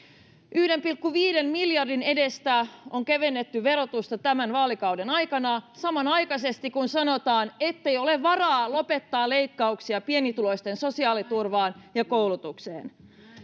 yhden pilkku viiden miljardin edestä on kevennetty verotusta tämän vaalikauden aikana samanaikaisesti kun sanotaan ettei ole varaa lopettaa leikkauksia pienituloisten sosiaaliturvaan ja koulutukseen